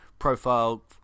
Profile